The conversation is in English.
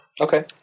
Okay